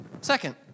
Second